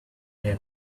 man